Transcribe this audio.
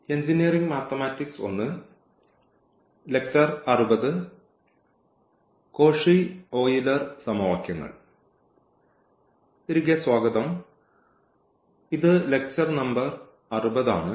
തിരികെ സ്വാഗതം ഇത് ലെക്ച്ചർ നമ്പർ 60 ആണ്